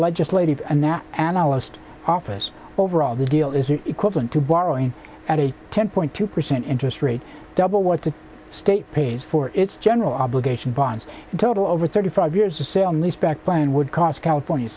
legislative and nat analyst office overall the deal is equivalent to borrowing at a ten point two percent interest rate double what the state pays for its general obligation bonds in total over thirty five years to say on least backplane would cost california